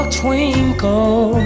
twinkle